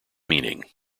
meaning